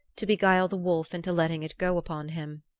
to beguile the wolf into letting it go upon him.